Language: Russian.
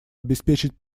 обеспечить